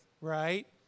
Right